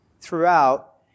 throughout